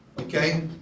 okay